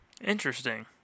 Interesting